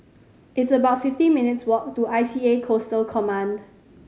it's about fifteen minutes' walk to I C A Coastal Command